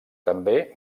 també